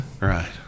Right